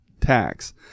tax